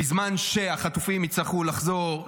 בזמן שהחטופים יצטרכו לחזור,